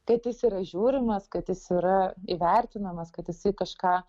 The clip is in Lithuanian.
kad jis yra žiūrimas kad jis yra įvertinamas kad jisai kažką